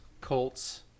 Colts